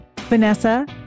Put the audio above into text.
Vanessa